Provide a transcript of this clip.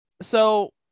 so-